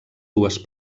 dues